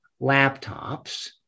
laptops